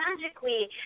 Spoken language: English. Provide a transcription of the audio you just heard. magically